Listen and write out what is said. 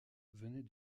venait